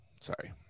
sorry